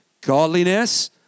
godliness